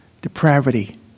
depravity